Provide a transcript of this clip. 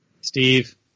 Steve